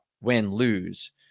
win-lose